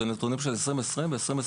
אלה נתונים של 2020 ו-2021.